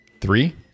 Three